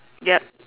yup